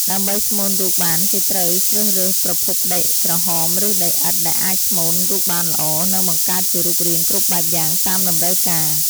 ដើម្បីស្មូនរូបបានគេត្រូវជ្រើសរើសប្រភេដដីក្រហមឬដីឥដ្ធដែលអាចស្មូនរូបបានល្អ និងបង្កើតជារូបរាងគ្រប់បែបយ៉ាងតាមតម្រូវការ។